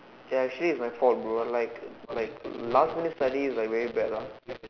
ya actually is my fault bro like like last minute study is like very bad lah